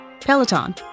Peloton